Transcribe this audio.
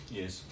yes